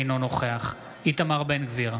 אינו נוכח איתמר בן גביר,